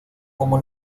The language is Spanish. como